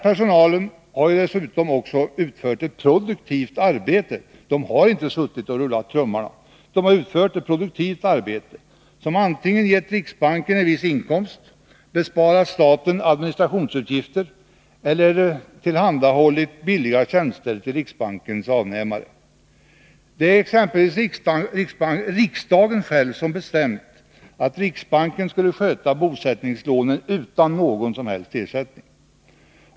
Personalen har dessutom utfört ett produktivt arbete — den har inte suttit och rullat tummarna — som antingen gett riksdagen en viss inkomst, besparat staten administrationsutgifter eller tillhandahållit billiga tjänster åt riksbankens avnämare. Det är exempelvis riksdagen själv som bestämt att riksbanken utan någon som helst ersättning skulle sköta bosättningslånen.